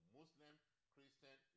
Muslim-Christian